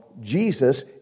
Jesus